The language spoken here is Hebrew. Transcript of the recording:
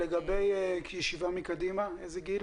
לגבי ישיבה מקדימה, איזה גיל?